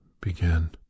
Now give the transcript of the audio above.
begin